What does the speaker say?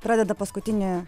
pradeda paskutinį